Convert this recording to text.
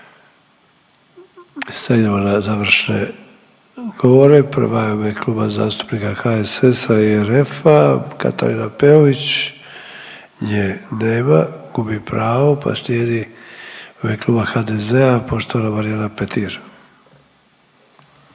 Sada idemo na završne govore. Prva je u ime Kluba zastupnica HSS-a i RF-a Katarina Peović. Nje nema, gubi pravo, pa slijedi u ime Kluba HDZ-a poštovana Marijana Petir.